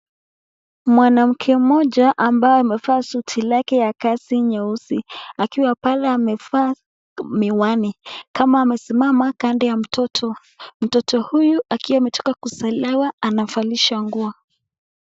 Mwanamke mmoja ambaye amevaa suti lake la kiasi nyeusi, akiwa oale amevaa miwani kama amesimama kando ya mtoto. Mtoto huyu akiwa ametoka kuzaliwa anavalishwa nguo.